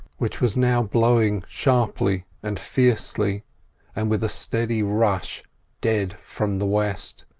which was now blowing sharply and fiercely and with a steady rush dead from the west,